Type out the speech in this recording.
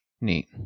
Neat